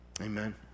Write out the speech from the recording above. Amen